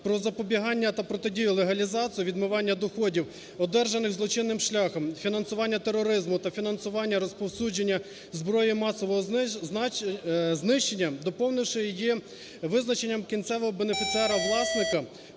"Про запобігання та протидію легалізації (відмиванню) доходів, одержаних злочинним шляхом, фінансуванню тероризму та фінансуванню розповсюдження зброї масового знищення", доповнивши її визначенням кінцевого бенефіціара-власника,